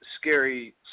scary